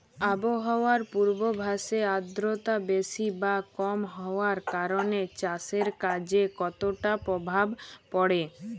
আবহাওয়ার পূর্বাভাসে আর্দ্রতা বেশি বা কম হওয়ার কারণে চাষের কাজে কতটা প্রভাব পড়ে?